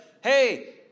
hey